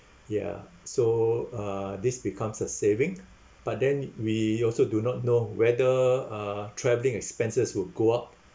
ya so uh this becomes a saving but then we also do not know whether uh travelling expenses will go up